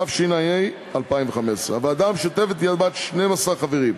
התשע"ה 2015. הוועדה המשותפת תהיה בת 12 חברים: